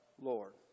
Lord